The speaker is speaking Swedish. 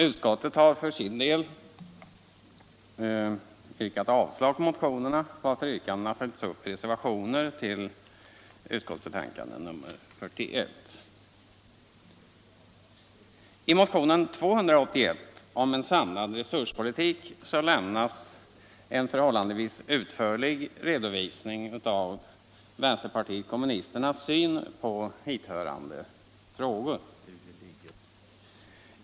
Utskottet har för sin del yrkat avslag på motionerna, varför yrkandena följts upp i reservationer till utskottsbetänkande nr 41. I motionen 281 om en samlad resurspolitik lämnas en förhållandevis utförlig redovisning av vänsterpartiet kommunisternas syn på hithörande frågor.